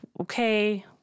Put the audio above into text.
okay